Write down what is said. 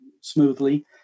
smoothly